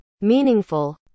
Meaningful